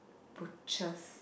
butchers